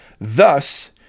Thus